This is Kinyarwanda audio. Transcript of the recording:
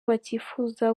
batifuza